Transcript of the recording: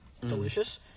delicious